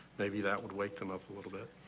maybe that would wake them up a little bit.